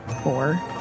four